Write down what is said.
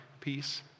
peace